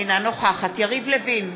אינה נוכחת יריב לוין,